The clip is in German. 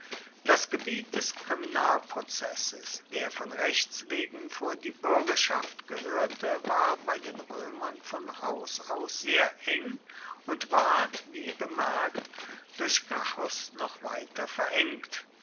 das gebiet des kriminalprozesses der von rechts wegen vor die bürgerschaft gehörte war bei den römern von haus aus sehr eng und ward wie bemerkt durch gracchus noch weiter verengt